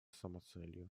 самоцелью